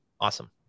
Awesome